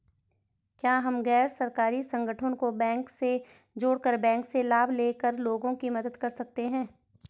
क्या हम गैर सरकारी संगठन को बैंक से जोड़ कर बैंक से लाभ ले कर लोगों की मदद कर सकते हैं?